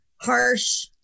harsh